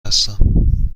هستم